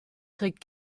trägt